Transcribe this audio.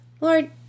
Lord